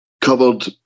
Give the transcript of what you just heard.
covered